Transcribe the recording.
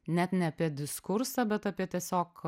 net ne apie diskursą bet apie tiesiog